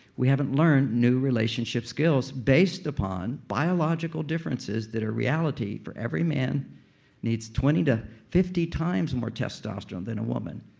we haven't learned new relationship skills, based upon biological differences that are reality. for every man needs twenty to fifty times and more testosterone than a woman.